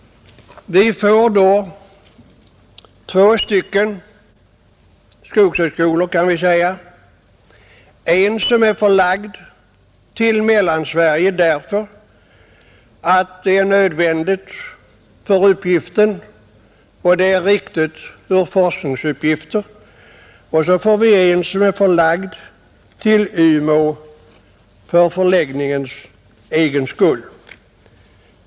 Vi får då två skogshögskolor, kan vi säga — en som är förlagd till Mellansverige därför att det är nödvändigt för uppgifterna och riktigt ur forskningssynpunkt och en som är förlagd till Umeå för förläggningens egen skull.